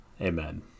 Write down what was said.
Amen